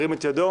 שירים את ידו.